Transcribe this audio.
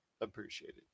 appreciated